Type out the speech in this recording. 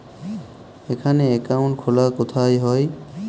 এখানে অ্যাকাউন্ট খোলা কোথায় হয়?